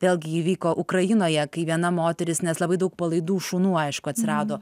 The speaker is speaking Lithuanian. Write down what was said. vėlgi įvyko ukrainoje kai viena moteris nes labai daug palaidų šunų aišku atsirado